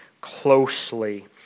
closely